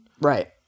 right